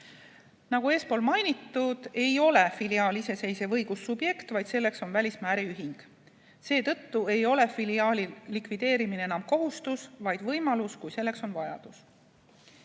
Nagu eespool mainitud, ei ole filiaal iseseisev õigussubjekt, vaid selleks on välismaa äriühing. Seetõttu ei ole filiaali likvideerimine enam kohustus, vaid võimalus, kui selleks on vajadus.